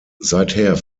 seither